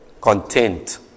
content